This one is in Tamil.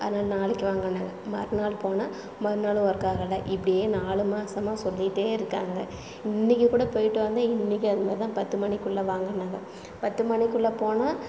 அதனாலே நாளைக்கு வாங்கனாங்க மறுநாள் போனால் மறுநாளும் ஒர்க் ஆகலை இப்படியே நாலு மாதமா சொல்லிகிட்டே இருக்காங்க இன்றைக்கு கூட போயிட்டு வந்தேன் இன்றைக்கு அதுமாரி தான் பத்து மணிக்குள்ளே வாங்கன்னாங்க பத்து மணிக்குள்ளே போனால்